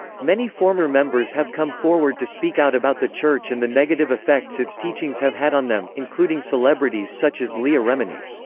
many former members have come forward to speak out about the church and the negative effects its teachings have had on them, including celebrities such as leah remini.